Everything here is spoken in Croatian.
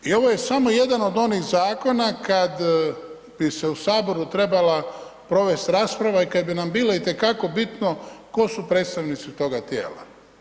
I ovo je samo jedan od onih zakona kada bi se u Saboru trebala provesti rasprava i kada bi nam bilo itekako bitno tko su predstavnici toga tijela.